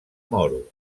moro